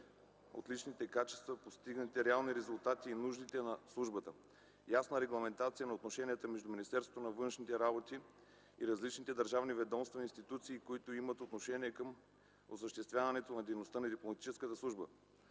от личните качества, постигнатите реални резултати и нуждите на службата; ясна регламентация на отношенията между Министерството на външните работи и различните държавни ведомства и институции, които имат отношение към осъществяването на дейността на дипломатическата служба;